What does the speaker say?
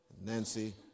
Nancy